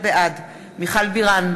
בעד מיכל בירן,